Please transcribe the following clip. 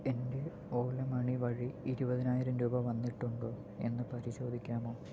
എൻ്റെ ഓല മണി വഴി ഇരുപതിനായിരം രൂപ വന്നിട്ടുണ്ടോ എന്ന് പരിശോധിക്കാമോ